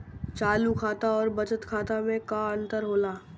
चालू खाता अउर बचत खाता मे का अंतर होला?